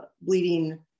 bleeding